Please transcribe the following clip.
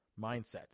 mindset